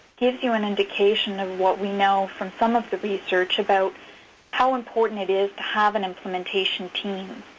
gives you an indication of what we know from some of the research about how important it is to have an implementation team.